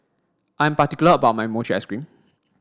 I'm particular about my Mochi Ice Cream